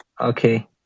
Okay